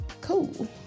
cool